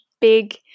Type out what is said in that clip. big